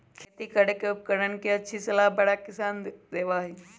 खेती करे के उपकरण के अच्छी सलाह बड़ा किसान देबा हई